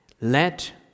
Let